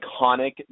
iconic